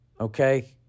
okay